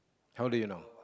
how do you know